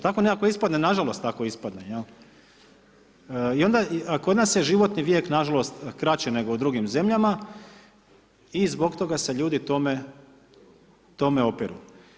Tako nekako ispadne, nažalost tako ispadne, jel, i onda kod nas je životni vijek nažalost kraće nego u drugim zemljama i zbog toga se ljudi tome opiru.